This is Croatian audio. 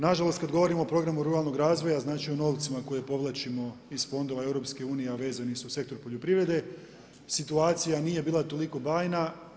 Nažalost kada govorimo o programu ruralnog razvoja, znači o novcima koje povlačimo iz fondova EU, a vezani su uz sektor poljoprivrede situacija nije bila toliko bajna.